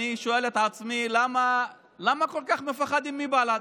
אני שואל את עצמי למה כל כך מפחדים מבל"ד,